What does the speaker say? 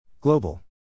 Global